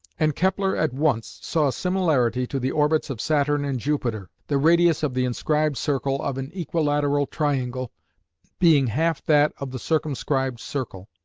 and kepler at once saw a similarity to the orbits of saturn and jupiter, the radius of the inscribed circle of an equilateral triangle being half that of the circumscribed circle.